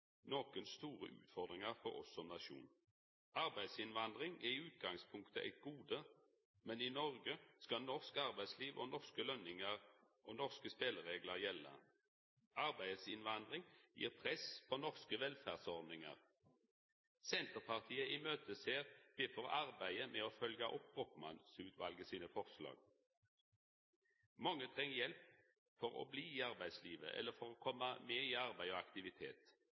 store utfordringar for oss som nasjon. Arbeidsinnvandring er i utgangspunktet eit gode, men i Noreg skal norske løningar og norske spelereglar gjelda. Arbeidsinnvandring gir press på norske velferdsordningar. Senterpartiet ser derfor fram til arbeidet med å følgja opp Brochmann-utvalets forslag. Mange treng hjelp for å bli i arbeidslivet eller for å koma i arbeid og aktivitet.